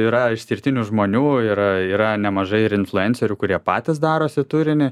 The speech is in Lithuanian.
yra išskirtinių žmonių yra yra nemažai ir influencerių kurie patys darosi turinį